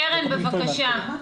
קרן, בבקשה.